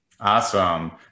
Awesome